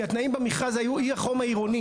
כי התנאים במרכז היו אי החום העירוני.